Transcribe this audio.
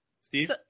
Steve